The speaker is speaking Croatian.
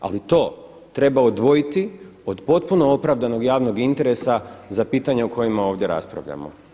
Ali to treba odvojiti od potpuno opravdanog javnog interesa za pitanja o kojima ovdje raspravljamo.